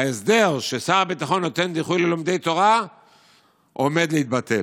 ההסדר ששר הביטחון נותן דיחוי ללומדי תורה עומד להתבטל.